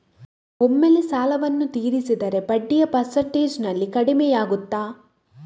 ಒಮ್ಮೆಲೇ ಸಾಲವನ್ನು ತೀರಿಸಿದರೆ ಬಡ್ಡಿಯ ಪರ್ಸೆಂಟೇಜ್ನಲ್ಲಿ ಕಡಿಮೆಯಾಗುತ್ತಾ?